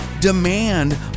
demand